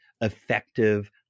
effective